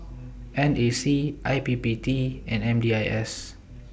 N A C I P P T and M D I S